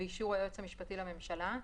באישור היועץ המשפטי לממשלה,